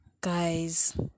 guys